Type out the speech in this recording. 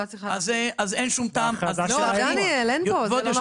בהכרזה של האירוע.